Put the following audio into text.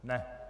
Ne?